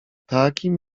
takim